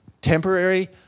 temporary